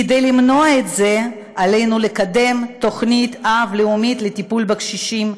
כדי למנוע את זה עלינו לקדם תוכנית-אב לאומית לטיפול בקשישים,